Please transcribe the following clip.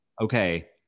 Okay